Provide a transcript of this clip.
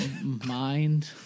mind